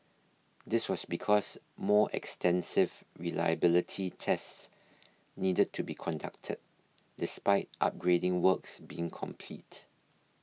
this was because more extensive reliability tests needed to be conducted despite upgrading works being complete